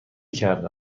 کرده